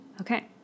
Okay